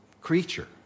creature